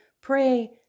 pray